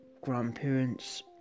grandparents